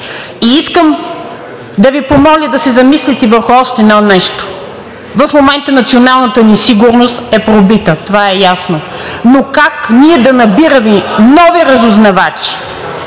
Искам да Ви помоля да се замислите върху още едно нещо. В момента националната ни сигурност е пробита, това е ясно. Но как ние да набираме нови разузнавачи,